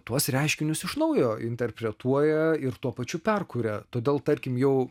tuos reiškinius iš naujo interpretuoja ir tuo pačiu perkuria todėl tarkim jau